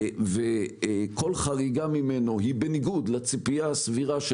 וכל חריגה ממנו היא בניגוד לציפייה הסבירה של